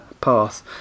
path